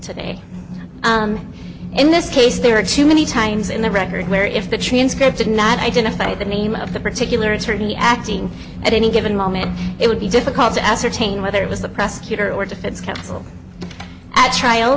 today in this case there are too many times in the record where if the transcript did not identify the name of the particular attorney acting at any given moment it would be difficult to ascertain whether it was the prosecutor or defense counsel at trial